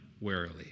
warily